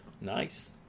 Nice